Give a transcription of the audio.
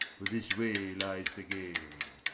for this way lies the game